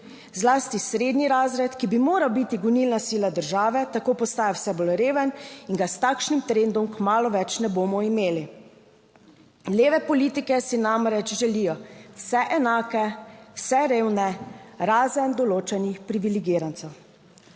Zlasti srednji razred, ki bi moral biti gonilna sila države, tako postaja vse bolj reven in ga s takšnim trendom kmalu več ne bomo imeli. Leve politike si namreč želijo vse enake, vse revne, razen določenih privilegirancev.